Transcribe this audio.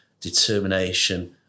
determination